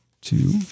two